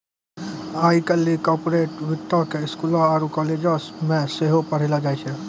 आइ काल्हि कार्पोरेट वित्तो के स्कूलो आरु कालेजो मे सेहो पढ़ैलो जाय छै